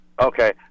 Okay